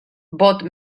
boat